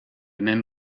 même